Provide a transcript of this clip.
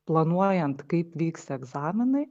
planuojant kaip vyks egzaminai